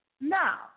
Now